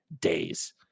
days